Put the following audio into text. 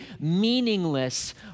meaningless